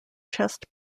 chest